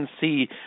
see